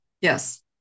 Yes